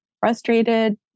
Frustrated